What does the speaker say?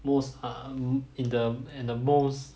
most uh in the and the most